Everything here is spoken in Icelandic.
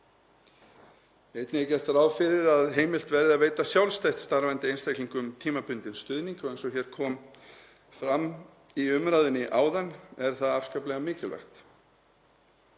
Einnig er gert ráð fyrir að heimilt verði að veita sjálfstætt starfandi einstaklingum tímabundinn stuðning og eins og hér kom fram í umræðunni áðan er það afskaplega mikilvægt.